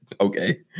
Okay